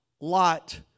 lot